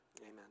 amen